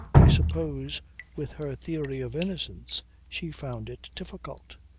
i suppose with her theory of innocence she found it difficult.